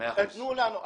תנו לנו,